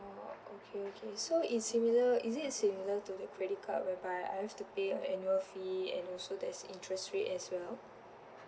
oh okay okay so it's similar is it similar to the credit card whereby I have to pay an annual fee and also there's interest rate as well